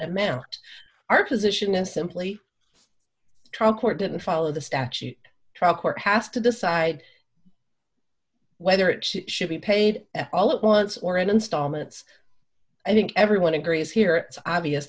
amount our position is simply trial court didn't follow the statute trial court has to decide whether it should be paid all at once or in installments i think everyone agrees here it's obvious